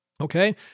okay